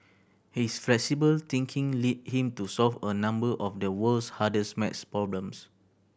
his flexible thinking lead him to solve a number of the world's hardest maths problems